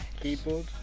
Keyboard